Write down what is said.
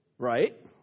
Right